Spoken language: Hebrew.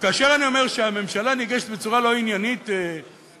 וכאשר אני אומר שהממשלה ניגשת בצורה לא עניינית לאישור